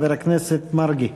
חבר הכנסת מרגי.